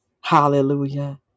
Hallelujah